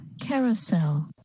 Carousel